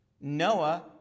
Noah